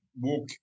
walk